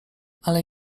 ale